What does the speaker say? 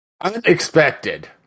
Unexpected